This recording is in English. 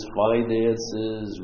finances